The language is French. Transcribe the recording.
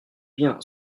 bien